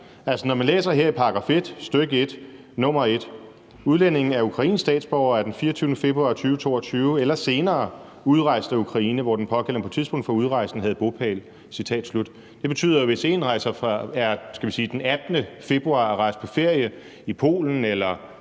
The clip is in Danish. når man læser i § 1, stk. 1, nr. 1, står der: »Udlændingen er ukrainsk statsborger og er den 24. februar 2022 eller senere udrejst af Ukraine, hvor den pågældende på tidspunktet for udrejsen havde bopæl«. Det betyder jo, at hvis man, skal vi sige den 18. februar, er rejst på ferie i Polen eller